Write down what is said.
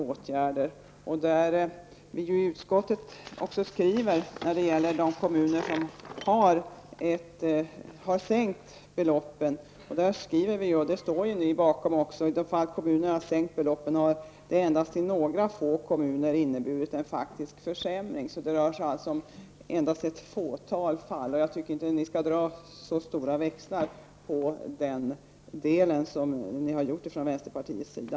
Utskottet skriver också när det gäller de kommuner som har sänkt beloppen: ''I de fall kommunen sänkt beloppen har det endast i några få kommuner inneburit en faktiskt försämring.'' Det står vänsterpartiet också bakom. Det rör sig alltså om endast ett fåtal fall, och jag tycker inte att ni skall dra så stora växlar på den delen som ni har gjort från vänsterpartiets sida.